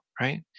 right